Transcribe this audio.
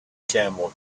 camel